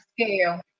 scale